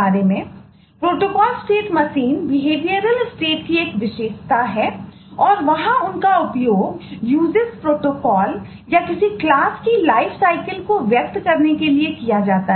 इसलिए वे behavioural states को व्यक्त करने के लिए इच्छुक